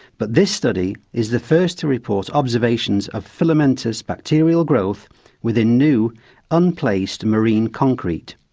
but this study is the first to report observations of filamentous bacterial growth within new unplaced marine concrete.